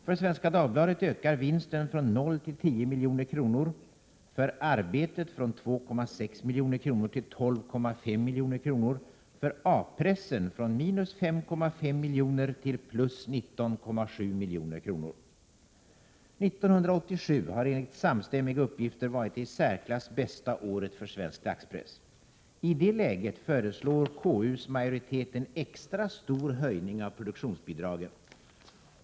För Svenska Dagbladet ökar vinsten från 0 till 10 milj.kr., för Arbetet från 2,6 milj.kr. till 12,5 milj.kr., och för A-pressen från minus 5,5 milj.kr. till plus 19,7 milj.kr. 1987 har enligt samstämmiga uppgifter varit det i särklass bästa året för svensk dagspress. I det läget föreslår KU:s majoritet en extra stor höjning av produktionsbidragen.